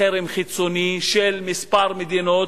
בחרם חיצוני של כמה מדינות,